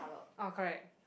uh correct